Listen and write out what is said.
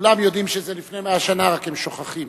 כולם יודעים שזה לפני 100 שנה, הם רק שוכחים.